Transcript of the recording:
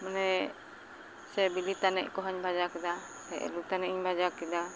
ᱢᱟᱱᱮ ᱥᱮ ᱵᱤᱞᱤ ᱛᱟᱱᱮᱡ ᱠᱚᱦᱚᱧ ᱵᱷᱟᱡᱟ ᱠᱮᱫᱟ ᱥᱮ ᱟᱹᱞᱩ ᱛᱟᱱᱮᱡᱼᱤᱧ ᱵᱷᱟᱡᱟ ᱠᱮᱫᱟ